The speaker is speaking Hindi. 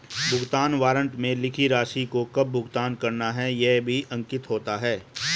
भुगतान वारन्ट में लिखी राशि को कब भुगतान करना है यह भी अंकित होता है